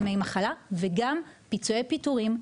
ימי מחלה וגם פיצויי פיטורים ופנסיה.